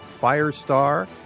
Firestar